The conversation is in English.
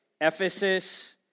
Ephesus